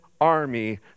army